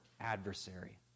adversary